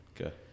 Okay